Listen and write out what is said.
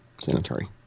sanitary